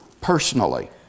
personally